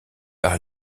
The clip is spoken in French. par